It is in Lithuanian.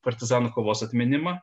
partizanų kovos atminimą